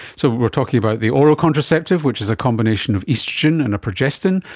so we are talking about the oral contraception, which is a combination of oestrogen and a progestin,